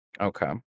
Okay